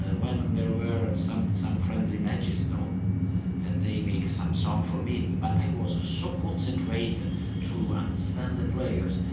ah when and there were some some friendly matches, and they make some songs for me, but i was so concentrated to understand the players,